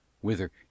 Whither